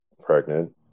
pregnant